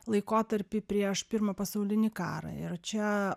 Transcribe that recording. laikotarpį prieš pirmą pasaulinį karą ir čia